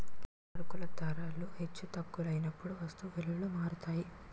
ముడి సరుకుల ధరలు హెచ్చు తగ్గులైనప్పుడు వస్తువు విలువలు మారుతాయి